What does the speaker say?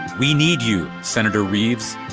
we need you, senator reeves.